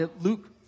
Luke